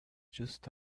just